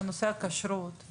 נושא הכשרות,